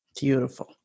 Beautiful